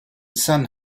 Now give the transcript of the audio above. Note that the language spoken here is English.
san